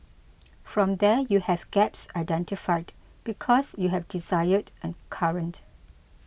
from there you have gaps identified because you have desired and current